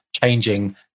changing